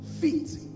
feet